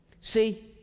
See